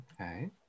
Okay